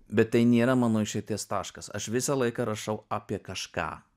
bet tai nėra mano išeities taškas aš visą laiką rašau apie kažką